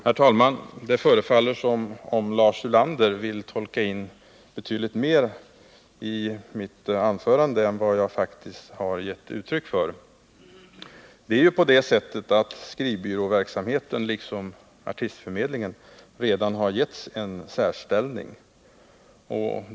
Herr talman! Det förefaller som om Lars Ulander vill tolka in betydligt mer i mitt anförande än vad jag faktiskt har givit uttryck för. Det är ju på det sättet att skrivbyråverksamheten liksom artistförmedlingen redan har givits en särställning.